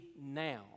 now